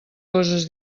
coses